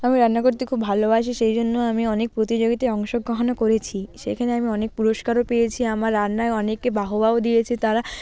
আমি রান্না করতে খুব ভালোবাসি সেই জন্য আমি অনেক প্রতিযোগিতায় অংশগ্রহণও করেছি সেখানে আমি অনেক পুরস্কারও পেয়েছি আমার রান্নার অনেকে বাহবাও দিয়েছে তারা